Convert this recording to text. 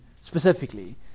specifically